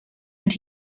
and